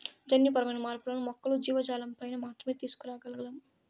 జన్యుపరమైన మార్పులను మొక్కలు, జీవజాలంపైన మాత్రమే తీసుకురాగలం